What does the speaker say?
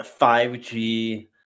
5G